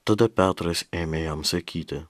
tada petras ėmė jam sakyti